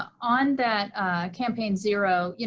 on that campaign zero, yeah